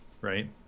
right